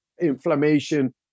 inflammation